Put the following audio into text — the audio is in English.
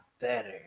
better